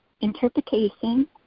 interpretation